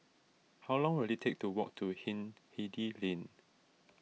how long will it take to walk to Hindhede Lane